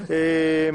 אין